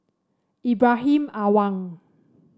Ibrahim Awang